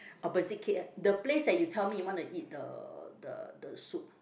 opposite K_L the place that you tell me you want to eat the the soup